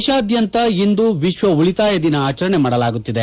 ದೇಶಾದ್ಯಂತ ಇಂದು ವಿಶ್ವ ಉಳಿತಾಯ ದಿನ ಆಚರಣೆ ಮಾಡಲಾಗುತ್ತಿದೆ